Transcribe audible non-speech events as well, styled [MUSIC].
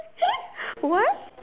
[LAUGHS] what